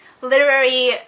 literary